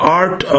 art